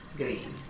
green